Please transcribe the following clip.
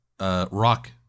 rock